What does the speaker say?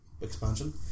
expansion